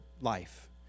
life